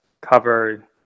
cover